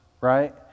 Right